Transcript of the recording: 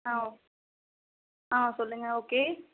ஆ ஓ ஆ சொல்லுங்க ஓகே